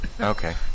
Okay